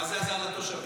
מה זה עזר לתושבים?